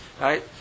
right